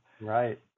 Right